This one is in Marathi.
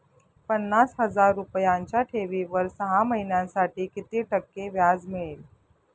पन्नास हजार रुपयांच्या ठेवीवर सहा महिन्यांसाठी किती टक्के व्याज मिळेल?